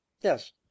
yes